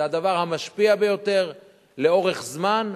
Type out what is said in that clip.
זה הדבר המשפיע ביותר לאורך זמן,